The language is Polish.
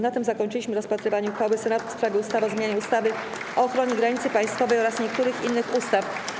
Na tym zakończyliśmy rozpatrywanie uchwały Senatu w sprawie ustawy o zmianie ustawy o ochronie granicy państwowej oraz niektórych innych ustaw.